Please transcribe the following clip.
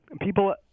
people